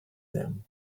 them